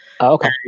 Okay